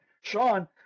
Sean